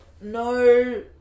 no